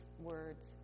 words